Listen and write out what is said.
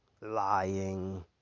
Lying